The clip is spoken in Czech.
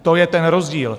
To je ten rozdíl.